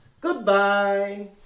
Goodbye